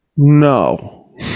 No